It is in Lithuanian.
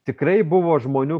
tikrai buvo žmonių